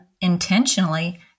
intentionally